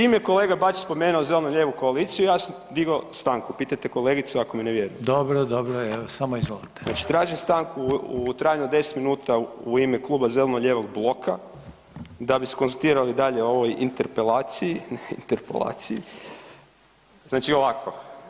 Čim je kolega Bačić spomenuo zeleno-lijevu koaliciju ja sam digao stanku, pitajte kolegicu ako mi ne vjerujete [[Upadica: Dobro, dobro, evo, samo izvolite.]] znači tražim stanku u trajanju od 10 minuta u ime Kluba zeleno-lijevog bloka da bi se konzultirali dalje o ovoj Interpelaciji, interpolaciji, znači ovako.